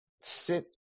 sit –